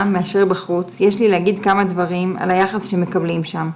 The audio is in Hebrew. מאשר בחוץ יש לי להגיד כמה דברים על היחס שמקבלים שם,